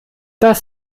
das